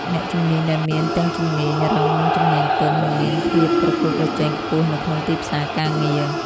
អ្នកជំនាញដែលមានទាំងជំនាញរឹងនិងជំនាញទន់នឹងមានភាពប្រកួតប្រជែងខ្ពស់នៅក្នុងទីផ្សារការងារ។